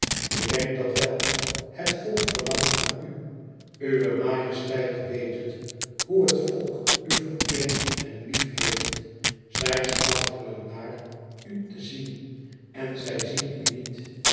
bedenk dat wel het volk verlangt naar u uwe majesteit weet het hoe het volk u vereert en liefheeft zij smachten er naar u te zien en zij zien u niet